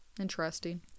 Interesting